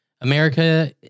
America